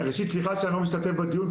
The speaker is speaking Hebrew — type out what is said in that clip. סליחה שאני לא משתתף בדיון.